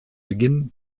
beginn